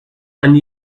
and